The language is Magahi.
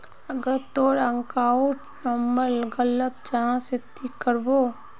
अगर तोर अकाउंट नंबर गलत जाहा ते की करबो?